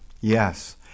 yes